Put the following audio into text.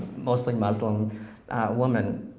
mostly muslim women.